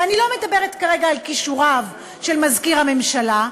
ואני לא מדברת כרגע על כישוריו של מזכיר הממשלה.